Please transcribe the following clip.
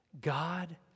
God